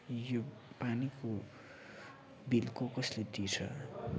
यो पानीको बिल कसले कसले तिर्छ